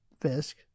Fisk